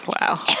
Wow